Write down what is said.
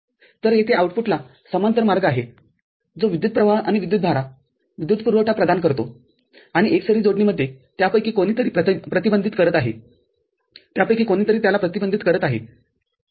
तरयेथे आउटपुटलासमांतर मार्ग आहे जो विद्युतप्रवाह आणि विद्युतधाराविद्युतपुरवठा प्रदान करतो आणि एकसरी जोडणीमध्ये त्यापैकी कोणीतरी प्रतिबंधित करत आहे त्यापैकी कोणीतरी त्याला प्रतिबंधित करत आहे ठीक आहे